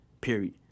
Period